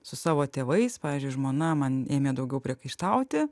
su savo tėvais pavyzdžiui žmona man ėmė daugiau priekaištauti